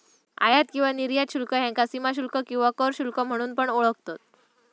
आयात किंवा निर्यात शुल्क ह्याका सीमाशुल्क किंवा कर शुल्क म्हणून पण ओळखतत